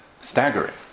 staggering